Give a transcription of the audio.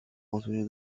contenu